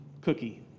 cookie